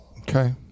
okay